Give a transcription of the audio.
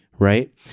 Right